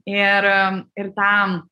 ir ir tą